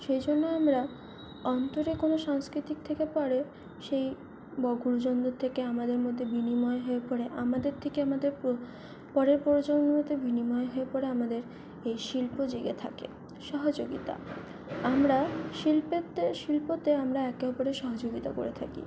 সেইজন্য আমরা অন্তরে কোন সাংস্কৃতিক থেকে পরে সেই বা গুরুজনদের থেকে আমাদের মধ্যে বিনিময় হয়ে পরে আমাদের থেকে আমাদের পরের প্রজন্মতে বিনিময় হয়ে পরে আমাদের এই শিল্প জেগে থাকে সহযোগিতা আমরা শিল্পতে আমরা একে অপরের সহযোগিতা করে থাকি